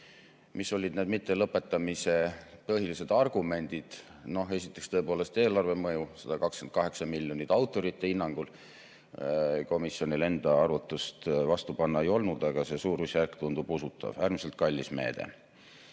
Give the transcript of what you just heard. Mis olid mittelõpetamise põhilised argumendid? Esiteks, tõepoolest, eelarve mõju, 128 miljonit autorite hinnangul, komisjonil enda arvutust vastu panna ei olnud, aga see suurusjärk tundub usutav. Äärmiselt kallis meede.